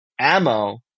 ammo